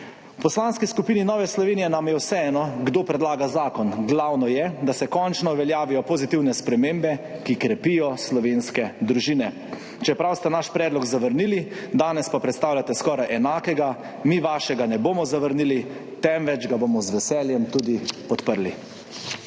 V Poslanski skupini Nova Slovenija nam je vseeno, kdo predlaga zakon, glavno je, da se končno uveljavijo pozitivne spremembe, ki krepijo slovenske družine. Čeprav ste naš predlog zavrnili, danes pa predstavljate skoraj enakega, mi vašega ne bomo zavrnili, temveč ga bomo z veseljem podprli.